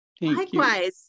Likewise